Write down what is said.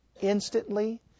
instantly